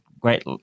great